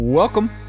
Welcome